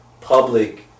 public